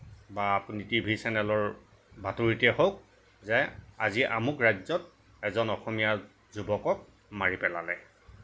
বা আপুনি টিভি চেনেলৰ বাতৰিতেই হওক যে আজি আমোক ৰাজ্যত এজন অসমীয়া যুৱকক মাৰি পেলালে